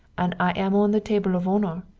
and i am on the table of honor,